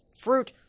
fruit